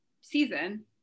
season